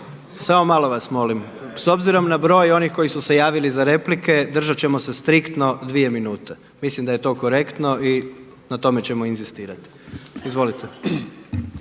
samo malo vas molim. S obzirom na broj onih koji su se javili za replike držat ćemo se striktno dvije minute. Mislim da je to korektno i na tome ćemo inzistirati. Izvolite.